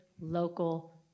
local